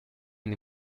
nei